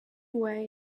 away